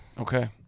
Okay